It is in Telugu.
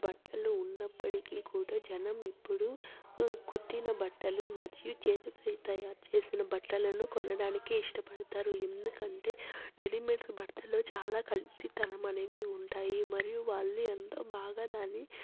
బట్టలు ఉన్నప్పటికీ కూడా జనం ఇప్పుడు కుట్టిన బట్టలు మరియు చేతితో తయారు చేసిన బట్టలను కొనడానికి ఇష్టపడతారు ఎందుకంటే రెడీమేడ్ బట్టలు చాలా కల్తితనం అనేవి ఉంటాయి మరియు వాళ్ళు ఎంతో బాగా దాన్ని